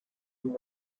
new